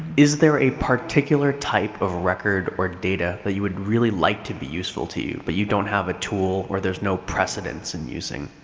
is there a particular type of record or data that you would really like to be useful to you, but you don't have a tool or there's no precedence in using?